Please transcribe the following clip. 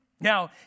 Now